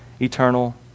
eternal